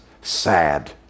sad